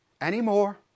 anymore